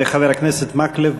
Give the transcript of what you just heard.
חבר הכנסת מקלב,